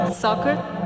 soccer